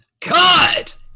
Cut